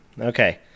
Okay